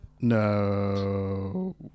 No